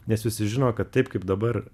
nes visi žino kad taip kaip dabar